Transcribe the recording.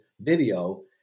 video